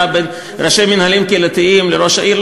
בין ראשי מינהלים קהילתיים לראש העיר.